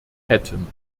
hätten